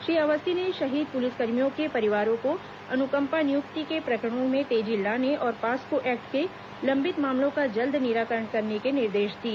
श्री अवस्थी ने शहीद पुलिसकर्मियों के परिवारों को अनुकम्पा नियुक्ति के प्रकरणों में तेजी लाने और पास्को एक्ट के लंबित मामलों का जल्द निराकरण करने के निर्देश दिए